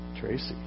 Tracy